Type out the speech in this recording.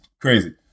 crazy